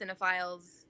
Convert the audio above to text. cinephiles